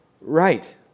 Right